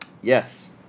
Yes